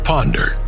Ponder